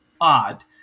odd